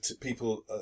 people